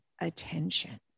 attention